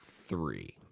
three